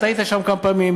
אתה היית שם כמה פעמים,